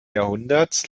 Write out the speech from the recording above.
jahrhunderts